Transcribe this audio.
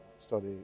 Study